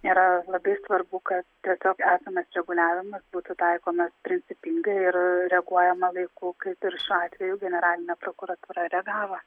yra labai svarbu kad tiesiog esamas reguliavimas būtų taikomas principingai ir reaguojama laiku kaip ir šiuo atveju generalinė prokuratūra reagavo